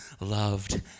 loved